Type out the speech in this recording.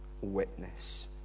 witness